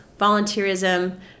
volunteerism